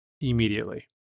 immediately